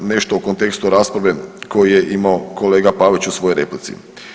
Nešto u kontekstu rasprave koju je imao kolega Pavić u svojoj replici.